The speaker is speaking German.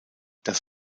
das